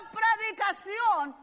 predicación